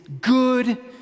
good